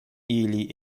ili